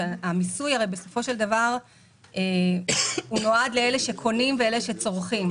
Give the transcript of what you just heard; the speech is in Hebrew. המיסוי נועד לאלה שקונים ולאלה שצורכים.